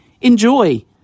enjoy